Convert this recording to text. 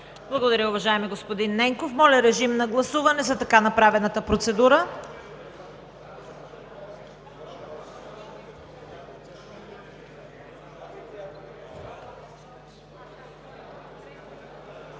Благодаря, уважаеми господин Ненков. Моля, режим на гласуване по така направената процедура.